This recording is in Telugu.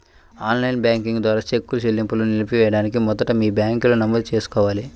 ఆన్ లైన్ బ్యాంకింగ్ ద్వారా చెక్ చెల్లింపును నిలిపివేయడానికి మొదట మీ బ్యాంకులో నమోదు చేసుకోవాలి